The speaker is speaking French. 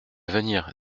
venir